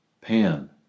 Pan